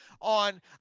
on –